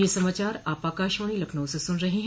ब्रे क यह समाचार आप आकाशवाणी लखनऊ से सुन रहे हैं